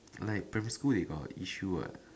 like primary school they got issue what